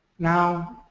now,